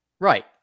Right